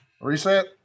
reset